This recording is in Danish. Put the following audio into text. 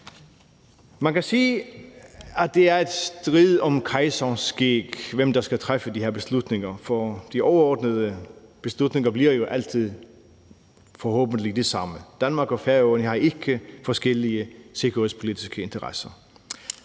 Man kan sige, at det er en strid om kejserens skæg, hvem der skal træffe de her beslutninger, for de overordnede beslutninger bliver jo altid – forhåbentlig – de samme. Danmark og Færøerne har ikke forskellige sikkerhedspolitiske interesser.